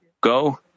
Go